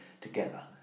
together